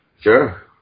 Sure